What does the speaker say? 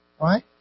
Right